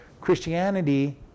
Christianity